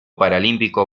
paralímpico